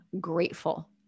grateful